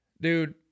Dude